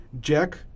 Jack